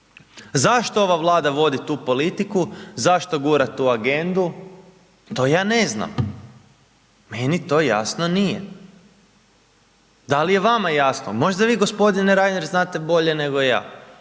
Zašto ova Vlada vodi tu politiku, zašto gura tu agendu, to ja ne znam, meni to jasno nije. Da li je vama jasno? Možda vi gospodine Reiner znate bolje nego ja,